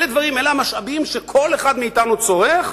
אלה המשאבים שכל אחד מאתנו צורך,